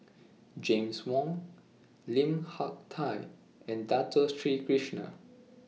James Wong Lim Hak Tai and Dato Sri Krishna